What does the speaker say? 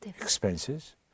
expenses